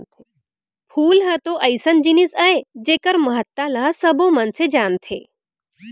फूल ह तो अइसन जिनिस अय जेकर महत्ता ल सबो मनसे जानथें